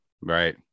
Right